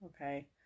okay